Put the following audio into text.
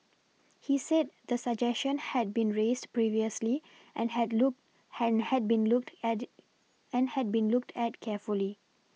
he said the suggestion had been raised previously and had look had had been looked at and had been looked at carefully